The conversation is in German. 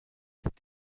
ist